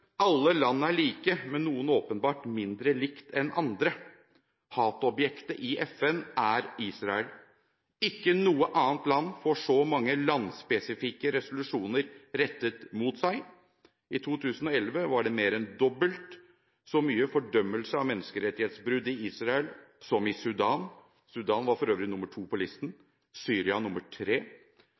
Alle land er like, men noen er åpenbart mindre likt enn andre. Hatobjektet i FN er Israel. Ikke noe annet land får så mange landspesifikke resolusjoner rettet mot seg. I 2011 var det mer enn dobbelt så mye fordømmelse av menneskerettighetsbrudd i Israel som i Sudan. Sudan var for øvrig nummer to på listen og Syria nummer tre.